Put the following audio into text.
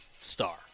star